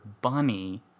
Bunny